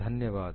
धन्यवाद